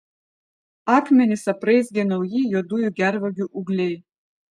akmenis apraizgė nauji juodųjų gervuogių ūgliai